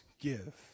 give